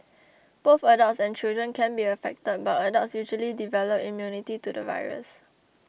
both adults and children can be affected but adults usually develop immunity to the virus